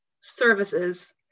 services